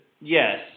Yes